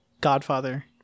Godfather